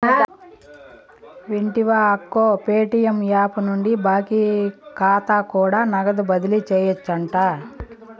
వింటివా అక్కో, Paytm app నుండి బాకీ కాతా కూడా నగదు బదిలీ సేయొచ్చంట